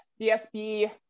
BSB